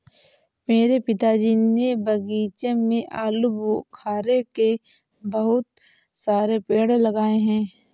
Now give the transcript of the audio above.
मेरे पिताजी ने बगीचे में आलूबुखारे के बहुत सारे पेड़ लगाए हैं